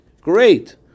Great